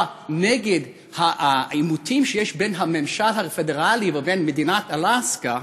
נגד העימותים שיש בין הממשל הפדרלי ובין מדינת אלסקה,